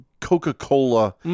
Coca-Cola